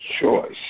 choice